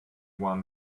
one